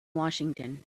washington